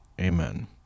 amen